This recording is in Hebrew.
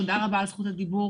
תודה רבה על זכות הדיבור.